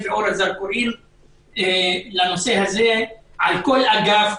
ואת אור הזרקורים לנושא הזה על כל אגף,